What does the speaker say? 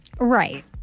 Right